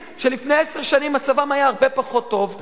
שלפני עשר שנים מצבם היה הרבה פחות טוב והם,